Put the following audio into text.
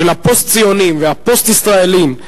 של הפוסט-ציונים והפוסט-ישראלים,